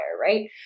right